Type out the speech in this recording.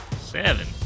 Seven